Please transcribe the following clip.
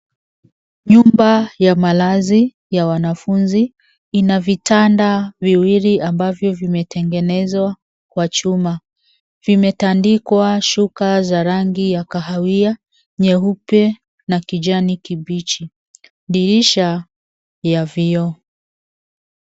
Nyumba ya malazi ya wanafunzi ina vitanda viwili ambavyo vimetengenezwa kwa chuma. Vimetandikwa shuka ya rangi ya kahawia, nyeupe na kijani kibichi. Dirisha ni ya vioo.